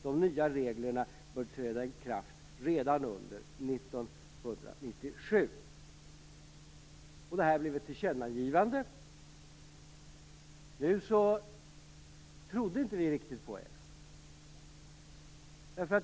De nya reglerna bör träda i kraft redan under 1997. Det här blev ett tillkännagivande. Nu trodde vi inte riktigt på er.